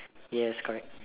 yes correct